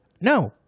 no